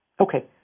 Okay